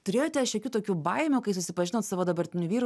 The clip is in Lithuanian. turėjote šiokių tokių baimių kai susipažinot su savo dabartiniu vyru